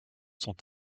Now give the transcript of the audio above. sont